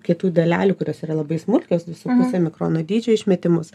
kietųjų dalelių kurios yra labai smulkios dvi su puse mikrono dydžio išmetimus